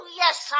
yes